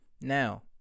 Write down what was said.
Now